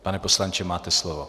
Pane poslanče, máte slovo.